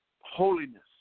Holiness